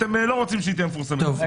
אתם לא רוצים שהיא תהיה מפורסמת לציבור.